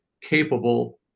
capable